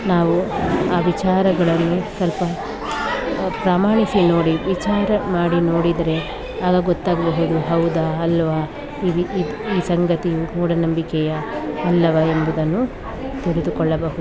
ನಾವು ಆ ವಿಚಾರಗಳನ್ನು ಸ್ವಲ್ಪ ಪ್ರಮಾಣಿಸಿ ನೋಡಿ ವಿಚಾರ ಮಾಡಿ ನೋಡಿದರೆ ಆಗ ಗೊತ್ತಾಗಬಹುದು ಹೌದಾ ಅಲ್ಲವಾ ಈ ಸಂಗತಿಯು ಮೂಢನಂಬಿಕೆಯಾ ಅಲ್ಲವಾ ಎಂಬುದನ್ನು ತಿಳಿದುಕೊಳ್ಳಬಹುದು